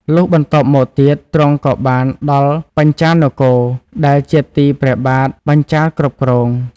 លុះបន្ទាប់មកទៀត ទ្រង់ក៏បានដល់បញ្ចាល៍នគរ ដែលជាទីព្រះបាទបញ្ចាល៍គ្រប់គ្រង។